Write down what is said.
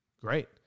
Great